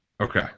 Okay